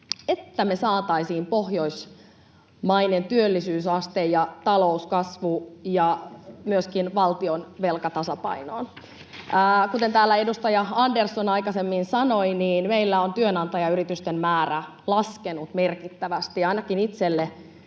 että me saataisiin pohjoismainen työllisyysaste ja talouskasvu ja myöskin valtion velka tasapainoon. Kuten täällä edustaja Andersson aikaisemmin sanoi, meillä on työnantajayritysten määrä laskenut merkittävästi. [Matias